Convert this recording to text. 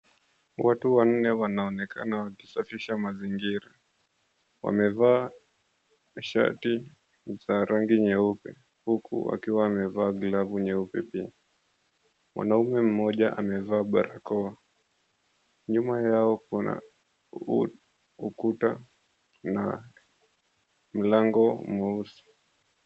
Watu wanne wanaonekana wakisafisha mazingira. Wamevaa shati za rangi nyeupe, huku wakiwa amevaa glavu nyeupe pia. Mwanaume mmoja amevaa barakoa, nyuma yao kuna ukuta na mlango mweusi.